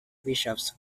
bishops